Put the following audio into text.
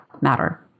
matter